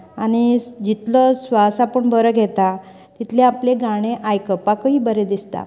आनी जितले श्वास आपूण बरो घेता तितलें आपले गाणे आयकपाकय बरें दिसता